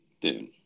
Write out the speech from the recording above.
dude